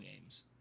games